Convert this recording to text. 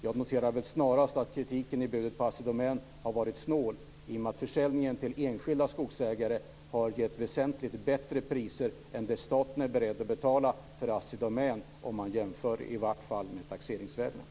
Jag noterar snarast att kritiken mot budet på Assi Domän har gällt att det var snålt i och med att försäljningen till enskilda skogsägare har gett väsentligt bättre priser än vad staten är beredd att betala för Assi Domän, i varje fall om man jämför med taxeringsvärdena.